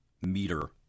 meter